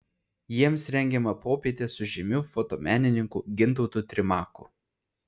jiems rengiama popietė su žymiu fotomenininku gintautu trimaku